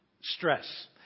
stress